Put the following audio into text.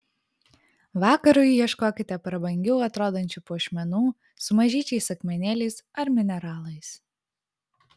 vakarui ieškokite prabangiau atrodančių puošmenų su mažyčiais akmenėliais ar mineralais